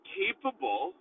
capable